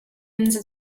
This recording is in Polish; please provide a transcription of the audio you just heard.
między